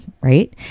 right